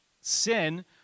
sin